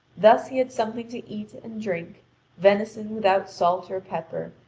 thus he had something to eat and drink venison without salt or pepper,